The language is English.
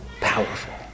powerful